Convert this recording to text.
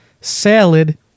salad